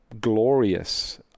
glorious